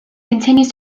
continues